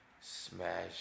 smash